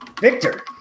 Victor